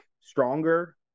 stronger